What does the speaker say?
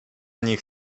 nich